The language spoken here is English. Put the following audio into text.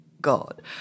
God